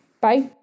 Bye